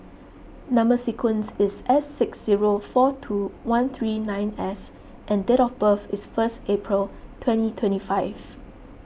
Number Sequence is S six zero four two one three nine S and date of birth is first April twenty twenty five